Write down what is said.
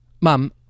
Mum